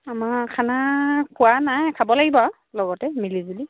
আমাৰ খানা খোৱা নাই খাব লাগিব আৰু লগতে মিলিজুলি